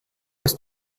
ist